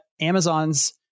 Amazon's